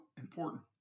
important